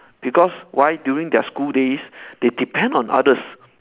because why during their school days they depend on others